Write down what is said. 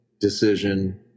decision